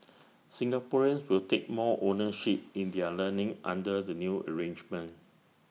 Singaporeans will take more ownership in their learning under the new arrangement